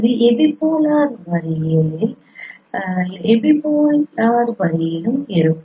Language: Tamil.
இது எபிபோலார் வரியிலும் எபிபோல் எபிபோலார் வரியிலும் இருக்கும்